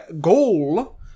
goal